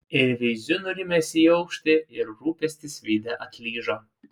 ir veiziu nurimęs į aukštį ir rūpestis veide atlyžo